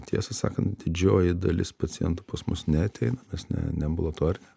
tiesą sakant didžioji dalis pacientų pas mus neateina nes ne ne ambulatorinė